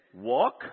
walk